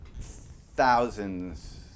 thousands